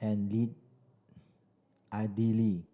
and Idili